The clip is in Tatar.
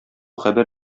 хәбәр